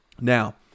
Now